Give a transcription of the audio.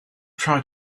try